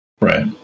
Right